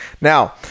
Now